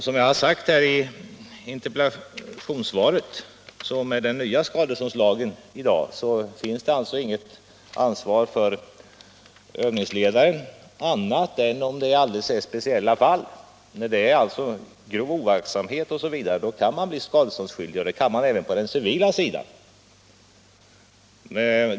Som jag har sagt i interpellationssvaret finns det i den nya skadeståndslagen inte något personligt ansvar för övningsledare annat än i alldeles speciella fall. Vid grov oaktsamhet osv. kan man bli skadeståndsskyldig — men det kan man ju bli även på den civila sidan.